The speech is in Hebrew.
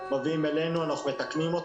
מביאים אותו אלינו,